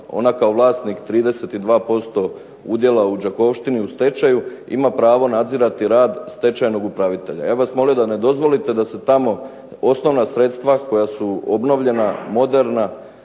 ona kao vlasnik 32% udjela u Đakovštini u stečaju ima pravo nadzirati rad stečajnog upravitelja. Ja bih vas molio da ne dozvolite da se tamo osnovna sredstva koja su obnovljena, moderna